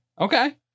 Okay